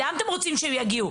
לאן אתם רוצים שהם יגיעו?